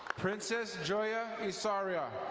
princess joya isaria.